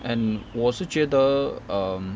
and 我是觉得 err